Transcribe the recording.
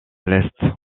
l’est